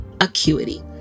Acuity